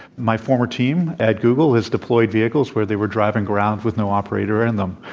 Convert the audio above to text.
my former team at google has deployed vehicles where they were driving around with no operator in them.